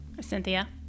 Cynthia